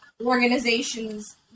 organizations